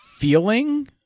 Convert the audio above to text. Feeling